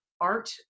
art